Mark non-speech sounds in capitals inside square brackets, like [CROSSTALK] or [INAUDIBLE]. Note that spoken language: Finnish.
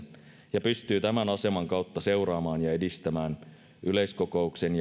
ja pystyy tämän aseman kautta seuraamaan ja edistämään yleiskokouksen [UNINTELLIGIBLE]